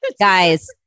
guys